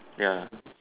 ya